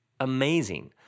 Amazing